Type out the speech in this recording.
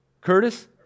Curtis